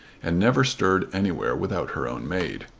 and never stirred anywhere without her own maid.